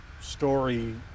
story